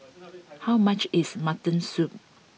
how much is Mutton Soup